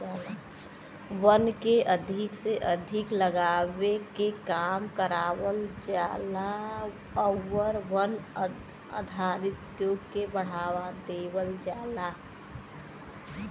वन के अधिक से अधिक लगावे के काम करावल जाला आउर वन आधारित उद्योग के बढ़ावा देवल जाला